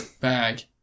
bag